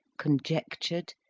conjectured,